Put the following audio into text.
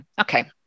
Okay